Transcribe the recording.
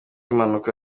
impanuka